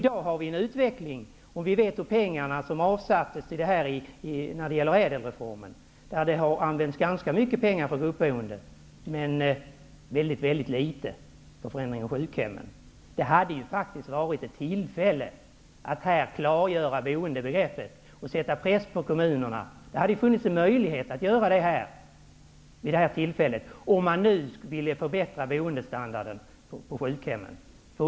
Det har avsatts medel till detta i samband med ÄDEL reformen, och det har använts ganska mycket pengar till gruppboende, men mycket litet för förändring av sjukhemmen. Det här hade faktiskt varit ett tillfälle att klargöra boendebegreppet och att sätta press på kommunerna, om man ville förbättra boendestandarden på sjukhemmen.